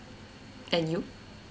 and you